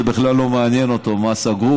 זה בכלל לא מעניין אותו מה סגרו,